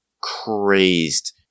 crazed